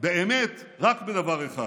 באמת רק בדבר אחד: